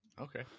Okay